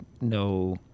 no